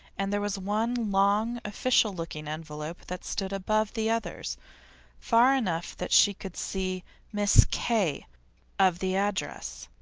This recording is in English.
and there was one long, official-looking envelope that stood above the others far enough that she could see miss k of the address.